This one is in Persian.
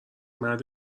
مرد